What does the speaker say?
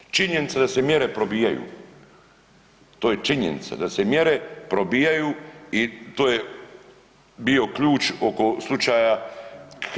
Činjenica da se mjere probijaju, to je činjenica da se mjere probijaju i to je bio ključ oko slučaja Krš-Pađene.